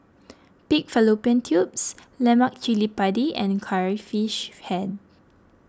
Pig Fallopian Tubes Lemak Cili Padi and Curry Fish Head